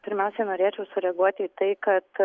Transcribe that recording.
pirmiausia norėčiau sureaguoti į tai kad